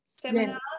seminar